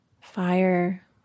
fire